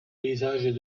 paysages